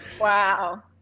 Wow